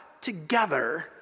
together